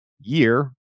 year